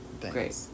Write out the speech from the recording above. Great